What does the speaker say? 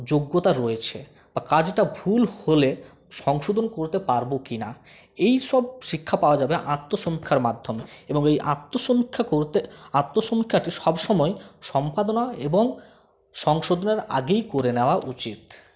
যোগ্যতা রয়েছে বা কাজটা ভুল হলে সংশোধন করতে পারব কিনা এই সব শিক্ষা পাওয়া যাবে আত্মসমীক্ষার মাধ্যমে এবং এই আত্মসমীক্ষা করতে আত্মসমীক্ষাটি সবসময় সম্পাদনা এবং সংশোধনের আগেই করে নেওয়া উচিত